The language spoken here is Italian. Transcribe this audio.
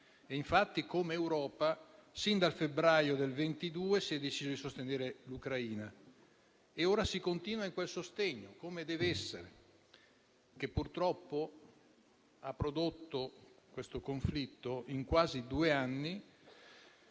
Infatti, come Europa, sin dal febbraio del 2022, si è deciso di sostenere l'Ucraina. Ora si continua, come dev'essere, in quel sostegno, che purtroppo ha prodotto questo conflitto di quasi due anni